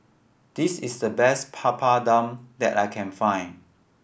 this is the best Papadum that I can find